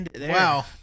Wow